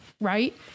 right